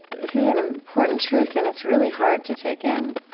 this is an important truth, and it's really hard to take in